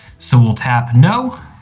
so we'll tap no.